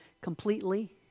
completely